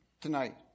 tonight